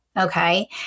Okay